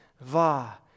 va